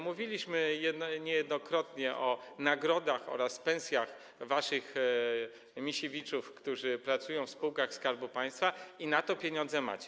Mówiliśmy niejednokrotnie o nagrodach oraz pensjach waszych Misiewiczów, którzy pracują w spółkach Skarbu Państwa, i na to pieniądze macie.